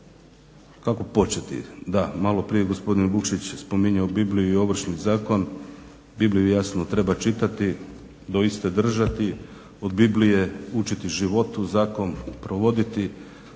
Kako početi da malo prije je gospodin Vukšić spominjao Bibliju i Ovršni zakon. Bibliju jasno treba čitati doista držati od Biblije učiti život, zakon provoditi,